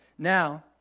Now